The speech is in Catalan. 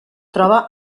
troba